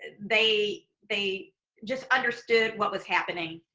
they they just understood what was happening.